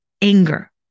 anger